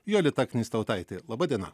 jolita knystautaitė laba diena